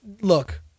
look